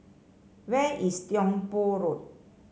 where is Tiong Poh Road